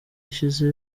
ishize